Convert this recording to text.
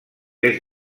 est